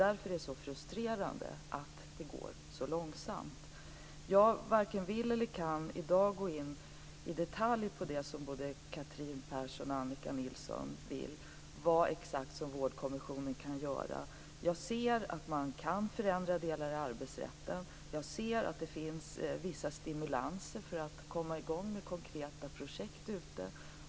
Därför är det så frustrerande att det går så långsamt. Jag varken vill eller kan i dag gå in i detalj på det som både Annika Nilsson och Catherine Persson vill, vad exakt som Vårdkommissionen kan göra. Jag ser att man kan förändra delar av arbetsrätten. Jag ser att det finns vissa stimulanser för att komma i gång med konkreta projekt.